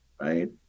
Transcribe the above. Right